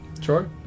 Sure